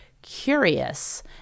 curious